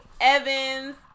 Evans